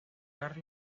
jugar